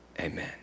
Amen